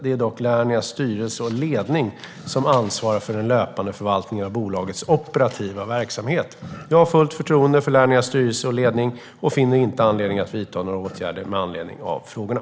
Det är dock Lernias styrelse och ledning som ansvarar för den löpande förvaltningen av bolagets operativa verksamhet. Jag har fullt förtroende för Lernias styrelse och ledning och finner inte anledning att vidta några åtgärder med anledning av frågorna.